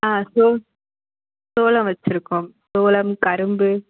ஆ சோ சோளம் வச்சுருக்கோம் சோளம் கரும்பு